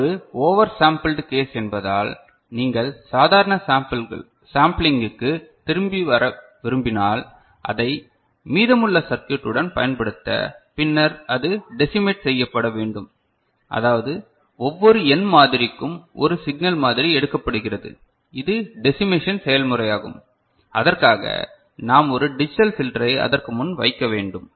இது ஒரு over sampled case என்பதால் நீங்கள் சாதாரண சாம்பிலிங்க்கு திரும்பி வர விரும்பினால் அதை மீதமுள்ள சர்க்யூட் உடன் பயன்படுத்த பின்னர் அது டெசிமேட் செய்யப்பட வேண்டும் அதாவது ஒவ்வொரு n மாதிரிக்கும் ஒரு சிக்னல் மாதிரி எடுக்கப்படுகிறது இது டெசிமேஷன் செயல்முறையாகும் அதற்காக நாம் ஒரு டிஜிட்டல் பில்டரை அதற்கு முன் வைக்க வேண்டும்